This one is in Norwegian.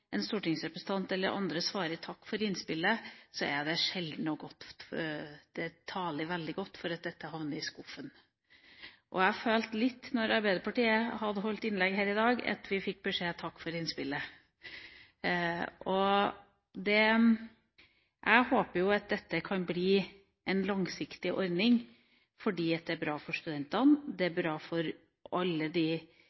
en stortingsrepresentant eller andre svarer takk for innspillet, taler det veldig godt for at forslaget havner i skuffen. Jeg følte litt da representanten fra Arbeiderpartiet hadde innlegg her i dag, at vi fikk beskjeden: Takk for innspillet. Jeg håper jo at dette kan bli en langsiktig ordning, fordi det er bra for studentene, det er